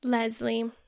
Leslie